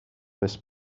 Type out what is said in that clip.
miss